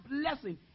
blessing